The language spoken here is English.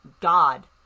god